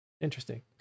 Interesting